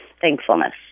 thankfulness